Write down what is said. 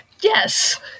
Yes